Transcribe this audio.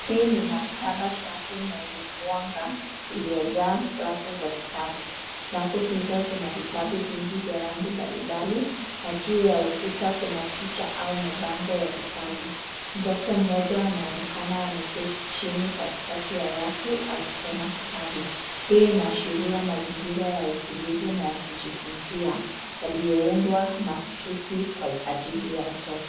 Hii ni maktaba safi na yenye mwanga iliyojaa rafu za vitabu. Rafu hizo zina vitabu vingi vya rangi mbalimbali na juu ya ukuta kuna picha au mabango ya vitabu. Mtoto mmoja anaonekana ameketi chini katikati ya rafu akisoma kitabu. Hii inaashiria mazingira ya utulivu na ya kujifunza yalioundwa mahususi kwa ajili ya watoto.